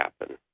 happen